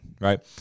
right